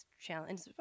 challenge